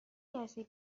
کسی